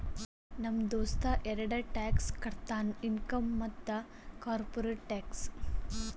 ನಮ್ ದೋಸ್ತ ಎರಡ ಟ್ಯಾಕ್ಸ್ ಕಟ್ತಾನ್ ಇನ್ಕಮ್ ಮತ್ತ ಕಾರ್ಪೊರೇಟ್ ಟ್ಯಾಕ್ಸ್